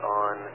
on